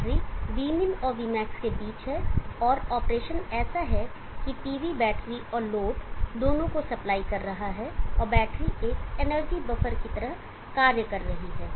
battery vmin और vmax के बीच है और ऑपरेशन ऐसा है कि PV बैटरी और लोड दोनों को सप्लाई कर रहा है और बैटरी एक एनर्जी बफर की तरह कार्य कर रही है